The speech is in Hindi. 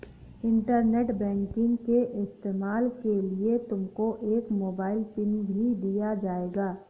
इंटरनेट बैंकिंग के इस्तेमाल के लिए तुमको एक मोबाइल पिन भी दिया जाएगा